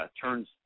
turns